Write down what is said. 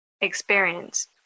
experience